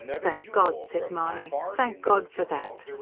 thank god! said mahony. thank god for that!